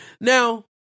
Now